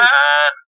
Man